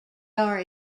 are